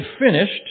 finished